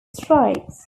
strikes